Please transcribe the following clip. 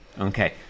okay